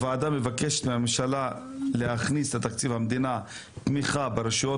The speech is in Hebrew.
הוועדה מבקשת מהממשלה להכניס לתקציב המדינה תמיכה ברשויות